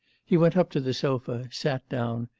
he went up to the sofa, sat down,